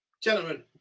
gentlemen